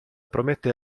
promette